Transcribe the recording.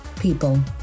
people